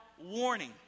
Warning